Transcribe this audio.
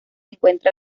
encuentra